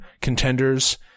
contenders